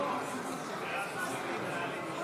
להלן תוצאות